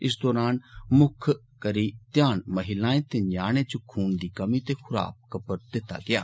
इस दौरान मुक्ख करी ध्यान महिलाएं ते न्यानें इच खून दी कमी ते खूराक उप्पर दिता गेआ